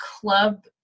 club